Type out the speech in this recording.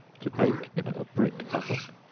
to bake in a brick oven.